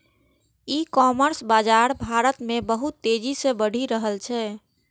ई commerce बाजार भारत मे बहुत तेजी से बढ़ि रहल छै